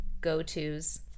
go-to's